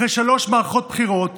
אחרי שלוש מערכות בחירות